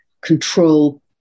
control